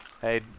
Hey